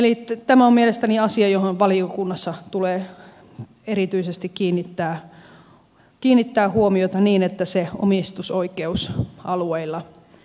eli tämä on mielestäni asia johon valiokunnassa tulee erityisesti kiinnittää huomiota niin että se omistusoikeus alueilla säilyy